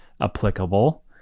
applicable